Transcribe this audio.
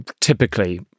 typically